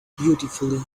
beautifully